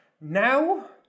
Now